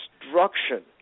destruction